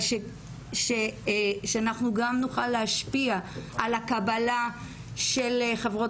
אבל שאנחנו גם נוכל להשפיע על הקבלה של חברות